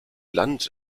land